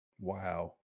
Wow